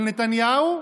של נתניהו,